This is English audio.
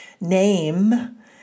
name